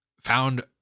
found